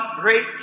great